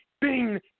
bing